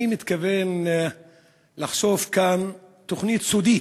אני מתכוון לחשוף כאן תוכנית סודית,